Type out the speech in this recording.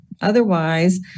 otherwise